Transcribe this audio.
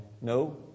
No